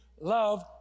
love